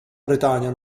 bretagna